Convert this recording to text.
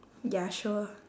ya sure